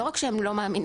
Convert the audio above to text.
לא רק שהם לא מאמינים,